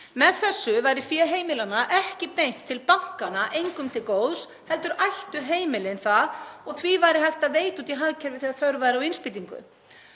Með þessu væri fé heimilanna ekki beint til bankanna, engum til góðs, heldur ættu heimilin það og því væri hægt að veita út í hagkerfið þegar þörf væri á innspýtingu.